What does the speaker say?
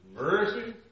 mercy